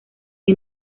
que